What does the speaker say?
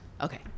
Okay